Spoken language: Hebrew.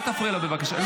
אל תפריע לו בבקשה.